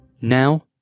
Now